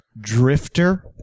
Drifter